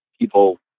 people